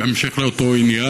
בהמשך לאותו עניין,